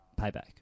payback